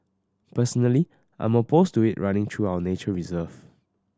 personally I'm opposed to it running through our nature reserve